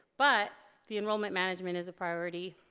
but the enrollment management is a priority.